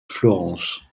florence